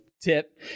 tip